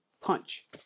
punch